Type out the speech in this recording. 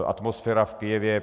Atmosféra v Kyjevě.